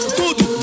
tudo